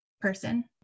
person